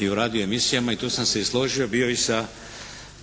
i u radio emisijama i tu sam se složio bio i sa